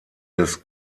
des